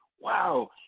wow